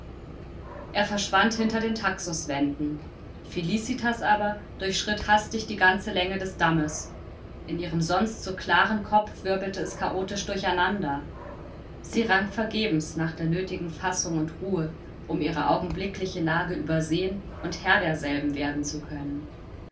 er verschwand hinter den taxuswänden felicitas aber durchschritt hastig die ganze länge des dammes in ihrem sonst so klaren kopf wirbelte es chaotisch durcheinander sie rang vergebens nach der nötigen fassung und ruhe um ihre augenblickliche lage übersehen und herr derselben werden zu können